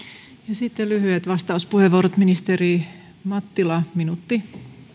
sitten lyhyet vastauspuheenvuorot ministeri mattila yksi minuutti